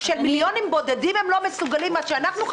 של מיליונים בודדים הם לא מסוגלים עד שאנחנו,